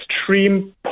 extreme